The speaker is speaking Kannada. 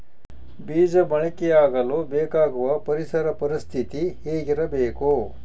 ಬೇಜ ಮೊಳಕೆಯಾಗಲು ಬೇಕಾಗುವ ಪರಿಸರ ಪರಿಸ್ಥಿತಿ ಹೇಗಿರಬೇಕು?